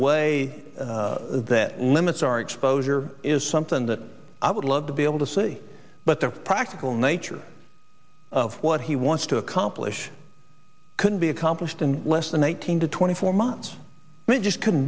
way that limits our exposure is something that i would love to be able to see but the practical nature of what he wants to accomplish couldn't be accomplished in less than one thousand to twenty four months but just couldn't